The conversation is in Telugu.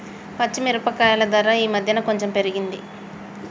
పచ్చి మిరపకాయల ధర ఈ మధ్యన కొంచెం పెరిగింది